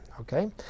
Okay